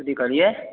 कथी कहलियै